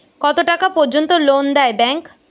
কত টাকা পর্যন্ত লোন দেয় ব্যাংক?